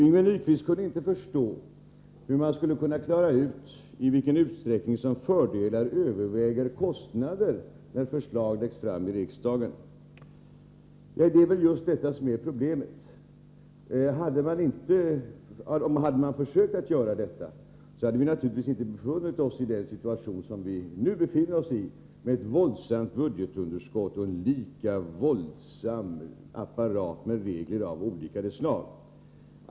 Yngve Nyquist kunde inte förstå hur man skulle kunna klara ut i vilken utsträckning fördelar överväger kostnader när förslag läggs fram i riksdagen. Det är väl just detta som är problemet. Hade man försökt göra det, hade vi naturligtvis inte befunnit oss i den situation som vi nu befinner oss i, med ett våldsamt budgetunderskott och en lika våldsam apparat med regler av olika slag.